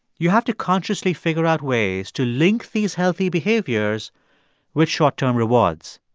you have to consciously figure out ways to link these healthy behaviors with short-term rewards.